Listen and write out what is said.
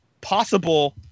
possible